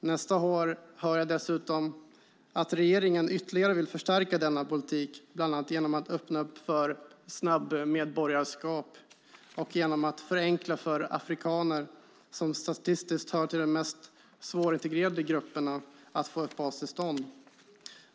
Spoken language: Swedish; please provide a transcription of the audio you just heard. Jag hör dessutom att regeringen nästa år ytterligare vill förstärka denna politik bland annat genom att öppna upp för snabbmedborgarskap och genom att förenkla för afrikaner, som statistiskt hör till de mest svårintegrerade grupperna, att få uppehållstillstånd.